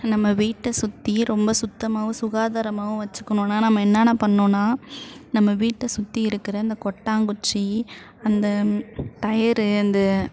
நம்ம வீட்டை சுற்றி ரொம்ப சுத்தமாகவும் சுகாதாரமாகவும் வச்சுக்கணுன்னா நம்ம என்னென்ன பண்ணுன்னால் நம்ம வீட்டை சுற்றி இருக்கிற அந்த கொட்டாங்குச்சி அந்த டயரு அந்த